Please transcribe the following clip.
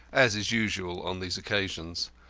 as is usual on these occasions.